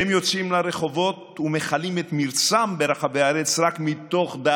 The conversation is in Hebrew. הם יוצאים לרחובות ומכלים את מרצם ברחבי